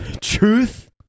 Truth